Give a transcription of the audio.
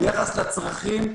ביחס לצרכים,